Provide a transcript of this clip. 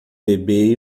bebê